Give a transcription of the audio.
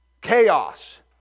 chaos